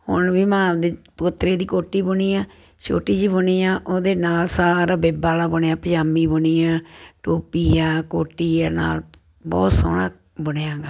ਹੁਣ ਵੀ ਮੈਂ ਆਪਣੇ ਪੋਤਰੇ ਦੀ ਕੋਟੀ ਬੁਣੀ ਹੈ ਛੋਟੀ ਜਿਹੀ ਬੁਣੀ ਆ ਉਹਦੇ ਨਾਲ ਸਾਰਾ ਬਿੱਬ ਵਾਲਾ ਬੁਣਿਆ ਪਜਾਮੀ ਬੁਣੀ ਆ ਟੋਪੀ ਆ ਕੋਟੀ ਹੈ ਨਾਲ ਬਹੁਤ ਸੋਹਣਾ ਬੁਣਿਆ ਗਾ